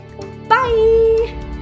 Bye